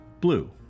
blue